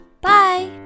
Bye